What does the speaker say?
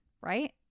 right